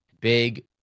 big